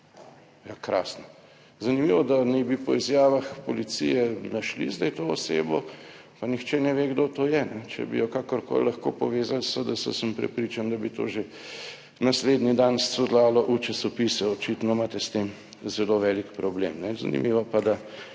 Zanimivo, da naj bi po izjavah policije našli zdaj to osebo, pa nihče ne ve, kdo to je, če bi jo kakorkoli lahko povezali s SDS, sem prepričan, da bi to že naslednji dan scurljalo v časopise. Očitno imate s tem zelo velik problem. Zanimivo pa, da